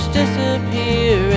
disappear